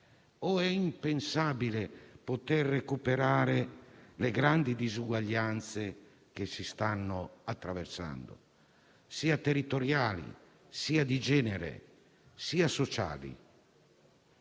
o è impensabile poter recuperare le grandi disuguaglianze che si stanno attraversando, sia territoriali, sia di genere, sia sociali.